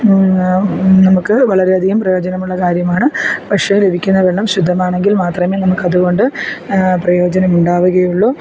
നമുക്ക് വളരെയധികം പ്രയോജനമുള്ള കാര്യമാണ് പക്ഷേ ലഭിക്കുന്ന വെള്ളം ശുദ്ധമാണങ്കിൽ മാത്രമേ നമുക്കത് കൊണ്ട് പ്രയോജനം ഉണ്ടാവുകയുള്ളു